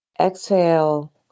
exhale